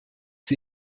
sie